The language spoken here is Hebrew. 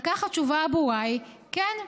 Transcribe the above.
על כך התשובה הברורה היא: כן.